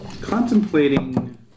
contemplating